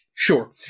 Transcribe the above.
Sure